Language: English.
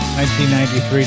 1993